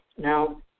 Now